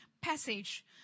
passage